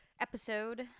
episode